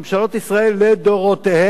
ממשלות ישראל לדורותיהן,